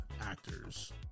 actors